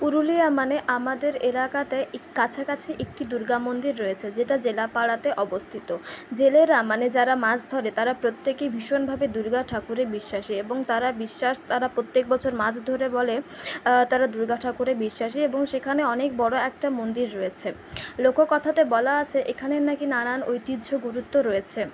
পুরুলিয়া মানে আমাদের এলাকাতে এক কাছাকাছি একটি দুর্গা মন্দির রয়েছে যেটা জেলে পাড়াতে অবস্থিত জেলেরা মানে যারা মাছ ধরে তারা প্রত্যেকেই ভীষণ ভাবে দুর্গা ঠাকুরে বিশ্বাসী এবং তারা বিশ্বাস তারা প্রত্যেক বছর মাছ ধরে বলে তারা দুর্গা ঠাকুরে বিশ্বাসী এবং সেখানে অনেক বড় একটা মন্দির রয়েছে লোককথাতে বলা আছে এখানের নাকি নানান ঐতিহ্য গুরুত্ব রয়েছে